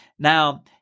Now